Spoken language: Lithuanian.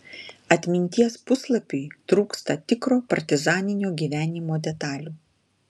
atminties puslapiui trūksta tikro partizaninio gyvenimo detalių